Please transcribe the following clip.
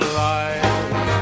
life